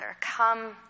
Come